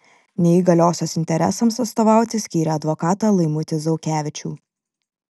neįgaliosios interesams atstovauti skyrė advokatą laimutį zaukevičių